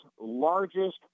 largest